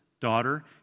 daughter